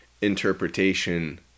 interpretation